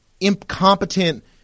incompetent